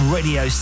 Radio